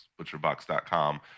butcherbox.com